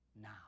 now